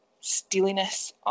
steeliness